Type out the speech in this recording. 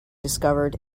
discovered